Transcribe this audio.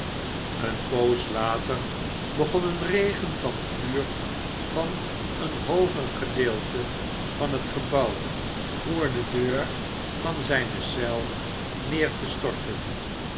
eene poos later begon een regen van vuur van een hooger gedeelte van het gebouw voor de deur van zijne eel neer te storten